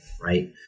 right